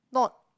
not